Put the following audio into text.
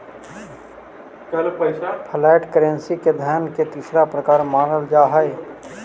flat currency के धन के तीसरा प्रकार मानल जा हई